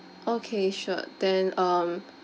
okay sure then um